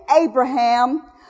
Abraham